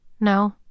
No